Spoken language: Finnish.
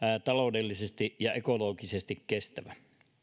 taloudellisesti ja ekologisesti kestävä